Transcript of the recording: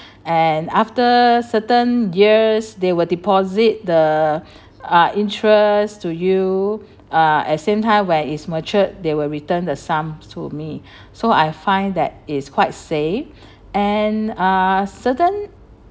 and after certain years they will deposit the uh interest to you uh at same time where is mature they will return the sum to me so I find that is quite safe and uh certain